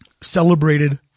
celebrated